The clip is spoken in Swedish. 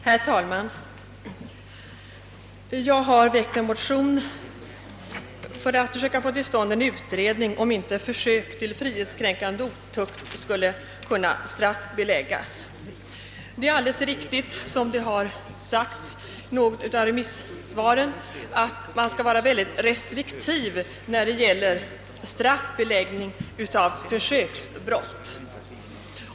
Herr talman! Jag har väckt en motion för att försöka få till stånd en utredning om inte försök till frihetskränkande otukt skulle kunna straffbeläggas. Såsom det har sagts i något av remissvaren bör givetvis stor restriktivitet iakttas när det gäller straffbeläggning av försöksbrott.